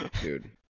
Dude